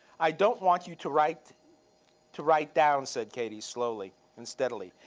i don't want you to write to write down, said katie slowly and steadily,